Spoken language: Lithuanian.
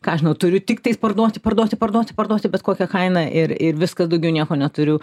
ką aš žinau turiu tiktais parduoti parduoti parduoti parduoti bet kokia kaina ir ir viskas daugiau nieko neturiu